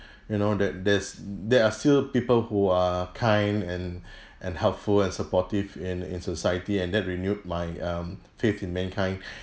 you know that there's there are still people who are kind and and helpful and supportive in in society and that renewed my um faith in mankind